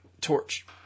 Torch